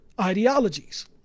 ideologies